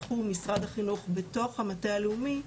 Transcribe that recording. בתחום משרד החינוך בתוך המטה הלאומי,